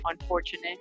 unfortunate